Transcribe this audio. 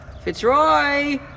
Fitzroy